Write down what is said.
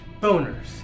boners